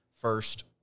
first